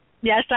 Yes